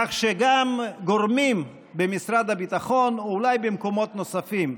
כך שגם גורמים במשרד הביטחון ואולי במקומות נוספים,